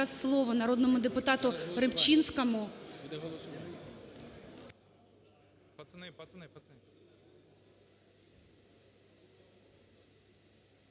слово народному депутату Рибчинському.